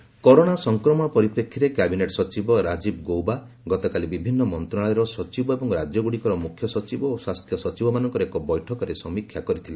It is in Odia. କ୍ୟାବିନେଟ୍ ସେକି କରୋନା ସଂକ୍ରମଣ ପରିପ୍ରେକ୍ଷୀରେ କ୍ୟାବିନେଟ୍ ସଚିବ ରାଜୀବ ଗୌବା ଗତକାଲି ବିଭିନ୍ନ ମନ୍ତ୍ରଣାଳୟର ସଚିବ ଏବଂ ରାଜ୍ୟଗୁଡ଼ିକର ମୁଖ୍ୟସଚିବ ଓ ସ୍ୱାସ୍ଥ୍ୟ ସଚିବମାନଙ୍କର ଏକ ବୈଠକରେ ସମୀକ୍ଷା କରିଥିଲେ